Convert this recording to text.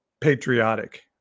patriotic